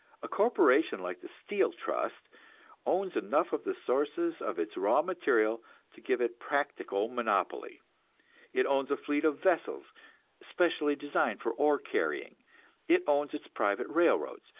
a corporation like the steel trust owns enough of the sources of its raw material to give it practical monopoly it owns a fleet of vessels especially designed for ore-carrying it owns its private railroads,